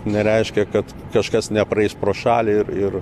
nereiškia kad kažkas nepraeis pro šalį ir ir